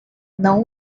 não